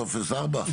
טופס 4?